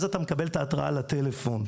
אז אתה מקבל את ההתראה לטלפון.